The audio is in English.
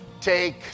take